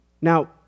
Now